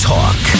Talk